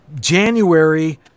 january